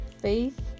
Faith